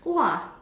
!wah!